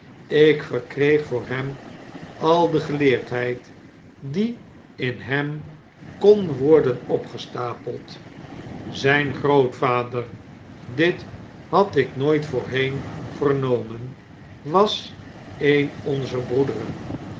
ik verkreeg voor hem al de geleerdheid die in hem kon worden opgestapeld zjjn grootvader dit had ik nooit voorheen vernomen was een onzer broederen